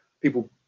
People